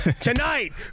Tonight